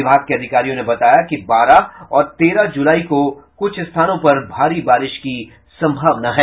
विभाग के अधिकारियों ने बताया कि बारह और तेरह जुलाई को कुछ स्थानों पर भारी बारिश की संभावना है